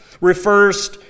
refers